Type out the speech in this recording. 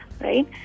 right